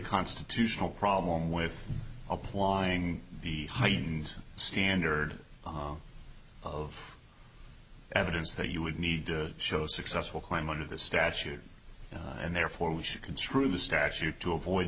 constitutional problem with applying the heightened standard of evidence that you would need to show successful climb under the statute and therefore we should construe the statute to avoid